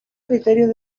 criterios